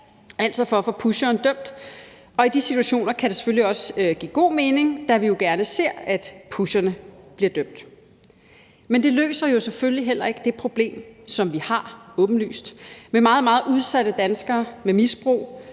altså for at få pusheren dømt, og i de situationer kan det selvfølgelig også give god mening, da vi jo gerne ser, at pusherne bliver dømt. Men det løser selvfølgelig heller ikke det problem, som vi åbentlyst har, med meget, meget udsatte danskere med misbrug,